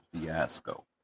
fiasco